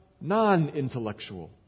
non-intellectual